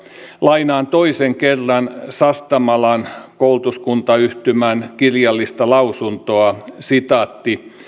lainaan toisen kerran sastamalan koulutuskuntayhtymän kirjallista lausuntoa